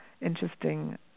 interesting